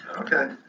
Okay